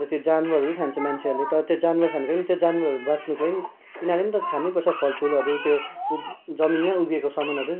त त्यो जनावरहरू खान्छ मान्छेहरूले तर त्यो जनावर खानु लागि त्यो जनावरहरू बाँच्नुको लागि पनि यिनीहरूले पनि त खानु पर्छ फल फूलहरू त्यो जमिनमा उब्जेको सामानहरू